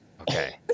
Okay